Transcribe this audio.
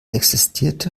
existierte